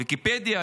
ויקיפדיה,